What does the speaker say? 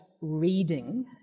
reading